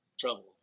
trouble